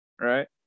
Right